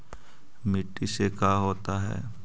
माटी से का क्या होता है?